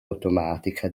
automatica